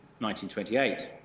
1928